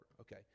Okay